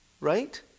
right